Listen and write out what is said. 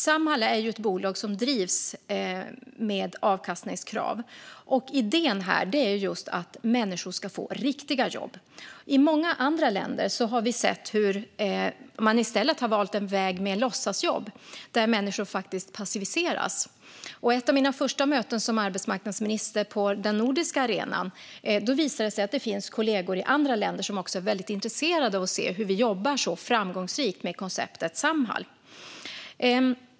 Samhall är ju ett bolag som drivs med avkastningskrav. Idén är att människor ska få riktiga jobb. I många andra länder har vi sett att man i stället har valt en väg med låtsasjobb där människor faktiskt passiveras. Men på ett av mina första möten som arbetsmarknadsminister på den nordiska arenan visade det sig att det finns kollegor i andra länder som är väldigt intresserade av att se hur vi jobbar så framgångsrikt med konceptet Samhall.